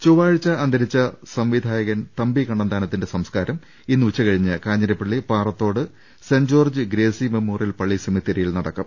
ചൊവ്വാഴ്ച്ച അന്തരിച്ച സംവിധായകൻ തമ്പി കണ്ണന്താനത്തിന്റെ സംസ്ക്കാരം ഇന്ന് ഉച്ചകഴിഞ്ഞ് Kanjirappally Parathode saint George Gracy memorial പള്ളി സെമിത്തേരിയിൽ നടക്കും